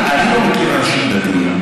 אני לא מכיר אנשים דתיים